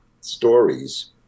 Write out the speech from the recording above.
stories